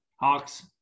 Hawks